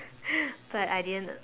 but I didn't